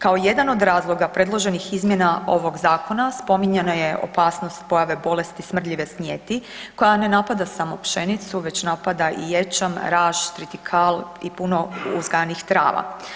Kao jedan od razloga predloženih izmjena ovog zakona, spominjano je opasnost pojave bolesti smrdljive snijeti koja ne napada samo pšenicu već napada i ječam, raž, tritikal i puno uzgajanih trava.